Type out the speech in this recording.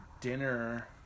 Dinner